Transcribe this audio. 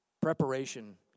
Preparation